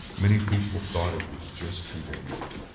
many people thought it was just too dangerous.